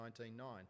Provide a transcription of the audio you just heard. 19.9